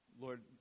Lord